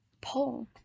pull